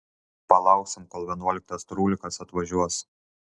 palauksim kol vienuoliktas trūlikas atvažiuos